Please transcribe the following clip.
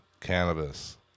cannabis